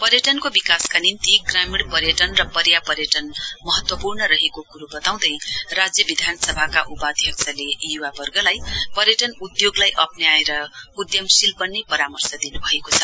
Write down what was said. पर्यटनको विकासका निम्ति ग्रामीण पर्यटन र पर्यापर्यटन महत्वपूर्ण रहेको कुरो वताउँदै राज्य विधानसभाका उपाध्यक्षले युवावर्गलाई पर्यटन उद्घोगलाई अप्राएर उद्घमशील वन्ने परामर्श दिनुभएको छ